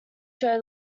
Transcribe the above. show